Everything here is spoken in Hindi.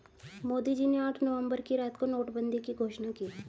मोदी जी ने आठ नवंबर की रात को नोटबंदी की घोषणा की